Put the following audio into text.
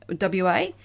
WA